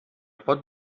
pot